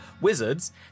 wizards